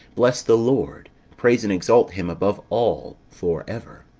bless the lord praise and exalt him above all for ever.